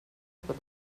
per